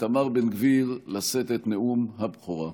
איתמר בן גביר לשאת את נאום הבכורה,